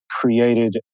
created